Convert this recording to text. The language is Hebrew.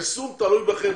היישום תלוי בכם,